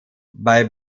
bei